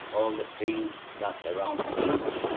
all the things that's around things,